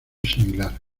similar